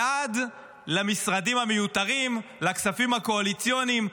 ועד למשרדים המיותרים, לכספים הקואליציוניים.